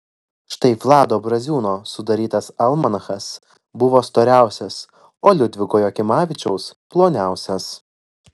štai vlado braziūno sudarytas almanachas buvo storiausias o liudviko jakimavičiaus ploniausias